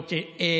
אוקיי.